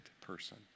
person